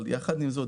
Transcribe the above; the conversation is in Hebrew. יחד עם זה,